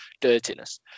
dirtiness